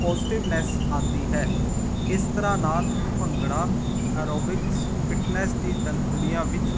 positiveness ਆਉਂਦੀ ਹੈ ਇਸ ਤਰ੍ਹਾਂ ਨਾਲ ਭੰਗੜਾ ਆਰੋਬਿਕਸ ਫਿਟਨੈਸ ਦੀ ਤਨ ਦੁਨੀਆਂ ਵਿੱਚ